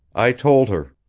i told her.